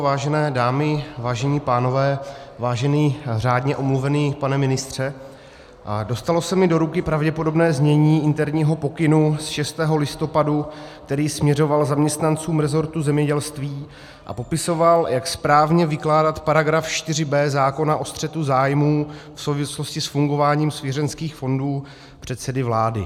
Vážené dámy, vážení pánové, vážený řádně omluvený pane ministře, dostalo se mi do ruky pravděpodobné znění interního pokynu ze 6. listopadu, který směřoval k zaměstnancům resortu zemědělství a popisoval, jak správně vykládat § 4b zákona o střetu zájmů v souvislosti s fungováním svěřenských fondů předsedy vlády.